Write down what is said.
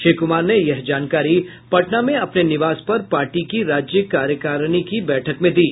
श्री कुमार ने यह जानकारी पटना में अपने निवास पर पार्टी की राज्य कार्यकारिणी की बैठक में दी